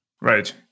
Right